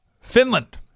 Finland